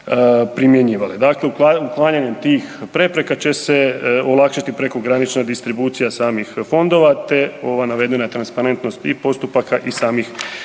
Dakle, uklanjanjem tih prepreka će se olakšati prekogranična distribucija samih fondova te ova navedena transparentnost i postupaka i samih pravila.